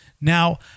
Now